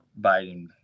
Biden